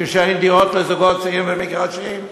כשאין דירות לזוגות צעירים ומגרשים?